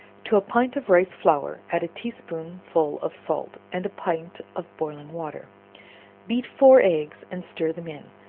to a pint of rice flour add a tea-spoonful of salt and a pint of boiling water beat four eggs and stir them in,